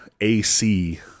AC